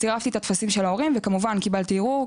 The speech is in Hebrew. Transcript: צירפתי את הטפסים של ההורים וכמובן קיבלתי ערעור,